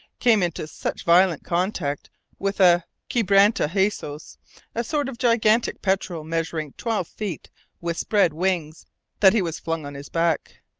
came into such violent contact with a quebranta huesos a sort of gigantic petrel measuring twelve feet with spread wings that he was flung on his back.